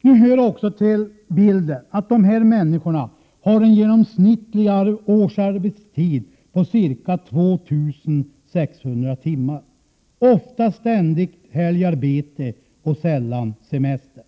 Nu hör det också till bilden att dessa människor har en genomsnittlig årsarbetstid på ca 2 600 timmar. De har ofta helgarbete men sällan semester.